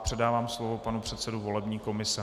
Předávám slovo panu předsedovi volební komise.